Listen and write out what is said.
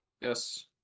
Yes